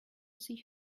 see